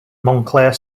montclair